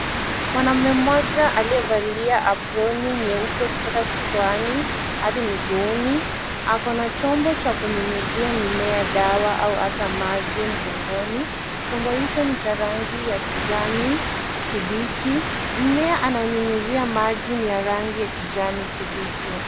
Mwanaume mmoja aliyevalia aproni nyeupe kutoka kichwani hadi miguuni, ako na chombo cha kunyunyizia mimiea dawa na ata maji mgongoni. Chombo hicho ni cha rangi ya kijani kibichi. Mmea anayonyunyizia maji ni ya rangi ya kijani kibichi.